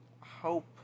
hope